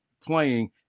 playing